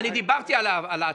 אני דיברתי על העתיד.